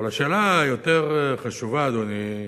אבל השאלה היותר חשובה, אדוני,